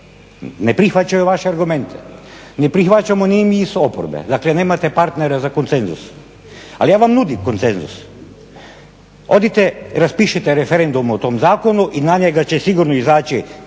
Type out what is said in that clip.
ne prihvaćaju vaše argumente, ne prihvaćamo ni mi iz oporbe, dakle nemate partnera za konsenzus. Ali ja vam nudim konsenzus, odite, raspišite referendum o tom zakonu i na njega će sigurno izaći